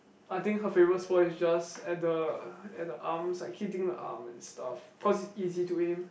I think her favourite spot is just at the at the arms like hitting the arm and stuff cause is easy to aim